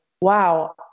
wow